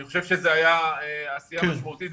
אני חושב שזאת הייתה עשייה משמעותית.